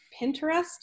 Pinterest